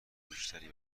بیشتری